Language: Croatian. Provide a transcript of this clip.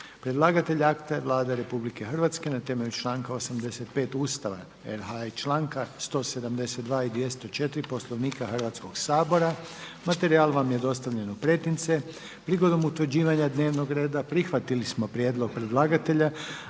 Predlagatelj zakona je Vlada RH. Na temelju članka 85. Ustava RH i članka 172. i 204. Poslovnika Hrvatskog sabora, materijal vam je dostavljen u pretince. Prigodom utvrđivanja dnevnog reda prihvatili smo prijedlog predlagatelja